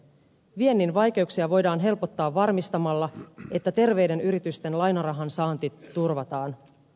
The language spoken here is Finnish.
viennin vaikeuksia voidaan helpottaa varmistamalla että terveiden yritysten lainarahan saanti turvataan